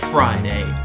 Friday